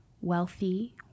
wealthy